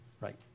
Right